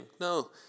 No